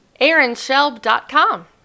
AaronShelb.com